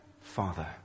father